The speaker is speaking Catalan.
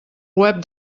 web